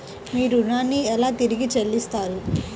మీరు ఋణాన్ని ఎలా తిరిగి చెల్లిస్తారు?